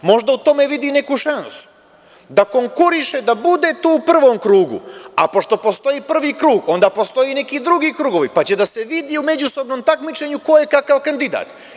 Možda u tome vidi neku šansu da konkuriše, da bude tu u prvom krugu, a pošto postoji prvi krug onda postoji neki drugi krugovi, pa će da se vidi u međusobnom takmičenju ko je kakav kandidat.